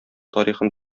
тарихын